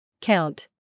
COUNT